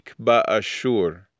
ba'ashur